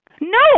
No